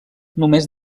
només